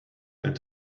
and